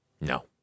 No